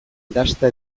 dasta